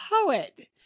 poet